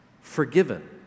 forgiven